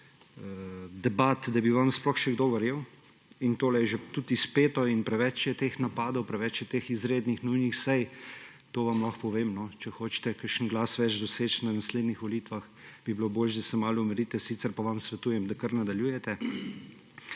debat, da bi vam sploh še kdo verjel. In tole je že tudi izpeto in preveč je teh napadov, preveč je teh izrednih, nujnih sej, to vam lahko povem. Če hočete kakšen glas več doseči na naslednjih volitvah, bi bilo boljše, da se malo umirite, sicer pa vam svetujem, da kar nadaljujete.